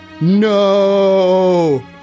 No